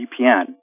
VPN